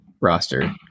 roster